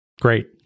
Great